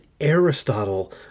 Aristotle